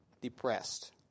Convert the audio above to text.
depressed